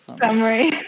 summary